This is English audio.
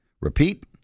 repeat